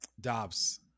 Dobbs